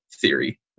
theory